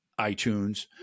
iTunes